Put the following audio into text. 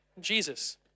Jesus